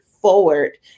forward